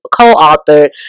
co-authored